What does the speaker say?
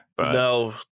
No